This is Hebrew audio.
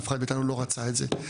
אף אחד מאתנו לא רצה את זה.